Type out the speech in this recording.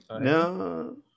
No